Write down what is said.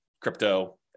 crypto